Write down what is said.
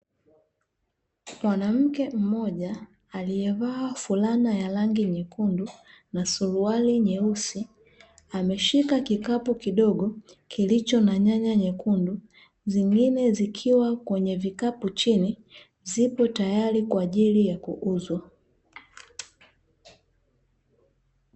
Mwanamke mmoja aliyevaa fulana ya rangi nyekundu na suruali nyeusi, ameshika kikapu kidogo kilicho na nyanya nyekundu, zingine zikiwa kwenye kikapu chini zipo tayari kwa ajili ya kuuzwa.